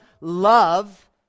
love